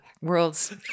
World's